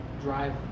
drive